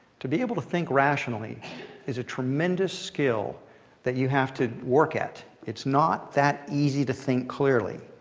to be able to think rationally is a tremendous skill that you have to work at. it's not that easy to think clearly.